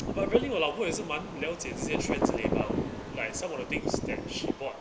but really 我老婆也是蛮了解这些 trends LMAO like some of the things that she bought